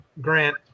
Grant